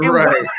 Right